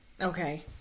Okay